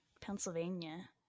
pennsylvania